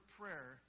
prayer